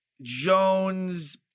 Jones